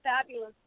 fabulous